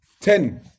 Ten